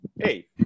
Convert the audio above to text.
Hey